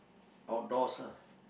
outdoors ah